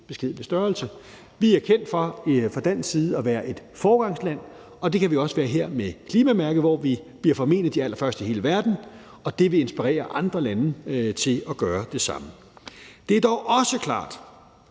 beskedne størrelse. Vi er kendt for fra dansk side at være et foregangsland, og det kan vi også være her med klimamærket, hvor vi formentlig bliver de allerførste i hele verden, og det vil inspirere andre lande til at gøre det samme. Kl. 12:28 Det er dog også klart,